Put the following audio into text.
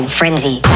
frenzy